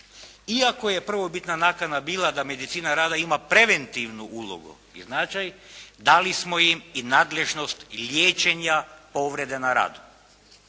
Iako je prvobitna nakana bila da medicina rada ima preventivnu ulogu i značaj dali smo im i nadležnost liječenja povrede na radu.